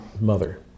mother